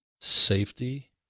safety